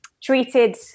treated